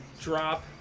drop